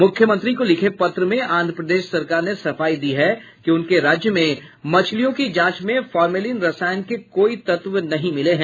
मुख्यमंत्री को लिखे पत्र में आंध्र प्रदेश सरकार ने सफाई दी है कि उनके राज्य में मछलियों की जांच में फार्मलिन रसायन के कोई तत्व नहीं मिले हैं